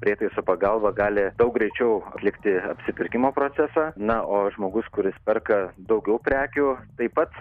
prietaiso pagalba gali daug greičiau atlikti apsipirkimo procesą na o žmogus kuris perka daugiau prekių taip pat